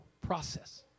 process